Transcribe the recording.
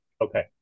Okay